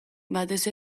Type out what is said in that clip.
batez